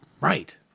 right